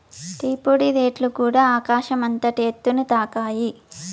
tea పొడి రేట్లుకూడ ఆకాశం అంతటి ఎత్తుని తాకాయి